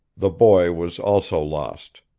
the boy was also lost.